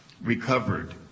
recovered